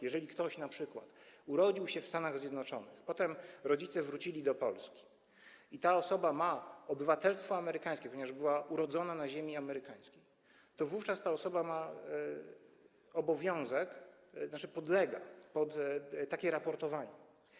Jeżeli ktoś np. urodził się w Stanach Zjednoczonych, potem rodzice wrócili do Polski i ta osoba ma obywatelstwo amerykańskie, ponieważ była urodzona na ziemi amerykańskiej, to wówczas ta osoba ma obowiązek, znaczy, podlega pod takie raportowanie.